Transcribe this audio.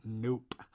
nope